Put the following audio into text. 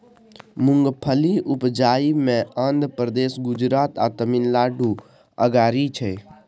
मूंगफली उपजाबइ मे आंध्र प्रदेश, गुजरात आ तमिलनाडु अगारी छै